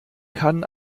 kann